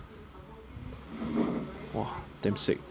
!wah! damn sick